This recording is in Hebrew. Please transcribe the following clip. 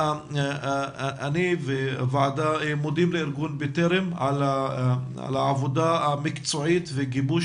אני וחברי הוועדה מודים לארגון בטרם על העבודה המקצועית וגיבוש